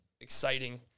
exciting